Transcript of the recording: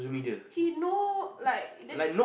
he know like then